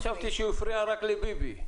חשבתי שהוא הפריע רק לביבי.